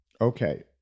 Okay